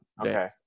okay